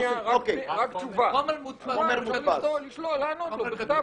רק תשובה, לענות לו בכתב